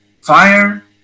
fire